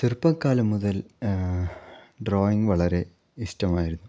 ചെറുപ്പക്കാലം മുതൽ ഡ്രോയിങ്ങ് വളരെ ഇഷ്ടമായിരുന്നു